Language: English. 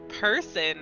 person